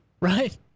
Right